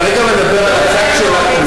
אני כרגע מדבר על הצד שלך.